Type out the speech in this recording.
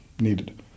needed